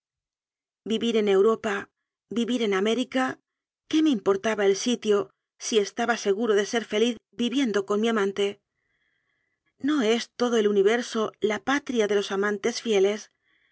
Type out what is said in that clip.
vivir en europa vivir en amé rica qué me importaba el sitio si estaba segu ro de ser feliz viviendo con mi amante no s todo el universo la patria de los amantes fieles